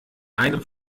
einem